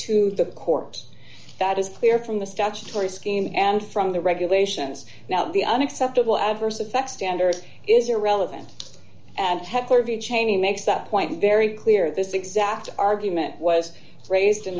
to the court that is clear from the statutory scheme and from the regulations now the unacceptable adverse effects standard is irrelevant and heckler v cheney makes that point very clear this exact argument was raised in